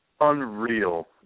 unreal